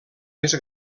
més